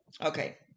Okay